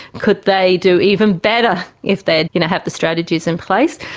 could they do even better if they you know have the strategies in place.